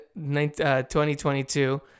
2022